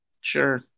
sure